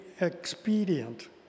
expedient